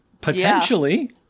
potentially